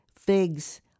figs